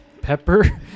Pepper